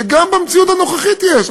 שגם במציאות הנוכחית יש,